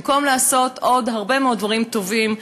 במקום לעשות עוד הרבה מאוד דברים טובים,